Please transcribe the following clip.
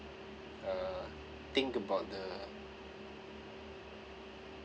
uh think about the